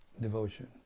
devotion